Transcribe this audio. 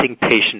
patient